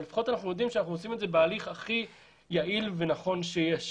אבל לפחות אנחנו יודעים שאנחנו עושים את זה בהליך הכי יעיל ונכון שיש,